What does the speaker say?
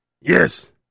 Yes